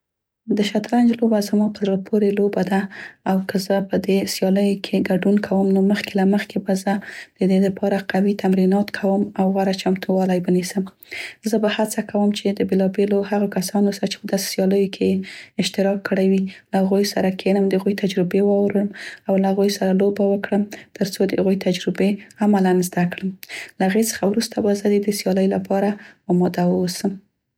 د شطرنج لوبه زما په زړه پورې لوبه ده او که زه په دې سیالیو کې ګډون کوم نو مخکې له مخکې به زه د دې د پاره قوي تمرینات کوم او غوره چمتو والی به نیسم. زه به هڅه کوم چې د بیلابیلو هغو کسانو سه چې په دسې سیالو کې یې اشتراک کړی وي، له هغوی سره کینم، د هغوی تجربې واورم او له هغوی سره لوبه وکړم تر څو د هغوی تجربې عملاً زده کړم. له هغې څخه وروسته به زه د دې سیالۍ لپاره اماده واوسم.